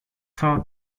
thought